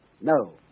No